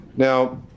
Now